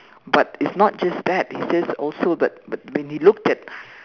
but it's not just that it's just also but but when he looked at